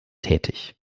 tätig